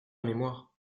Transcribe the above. mémoire